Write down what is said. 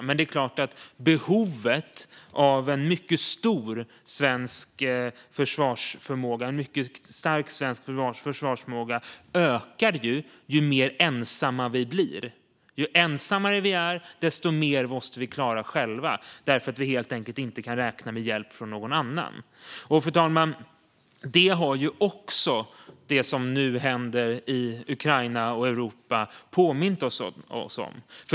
Men det är klart att behovet av en mycket stark svensk försvarsförmåga ökar ju mer ensamma vi blir. Ju ensammare vi är, desto mer måste vi klara själva därför att vi helt enkelt inte kan räkna med hjälp från någon annan. Fru talman! Detta har också det som nu händer i Ukraina och Europa påmint oss om.